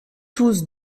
tous